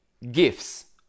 gifts